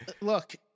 Look